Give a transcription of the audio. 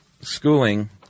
schooling